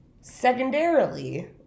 Secondarily